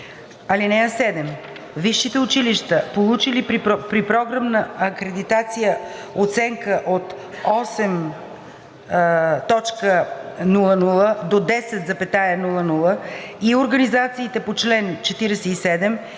– 9: „(7) Висшите училища, получили при програмна акредитация оценка от 8,00 до 10,00, и организациите по чл. 47